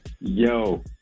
Yo